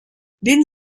dins